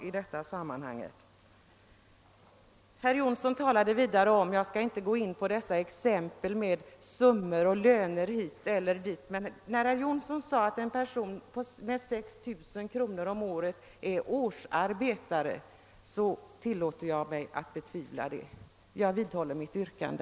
Jag skall inte gå in på exempel med summor: och löner 0o.s. v., men jag vill tillåta mig att betvivla riktigheten i herr Jonssons i Mora beteckning av en person med 6 000 kr. om året i inkomst som årsarbetare. Herr talman! Jag vidhåller mitt yrkande.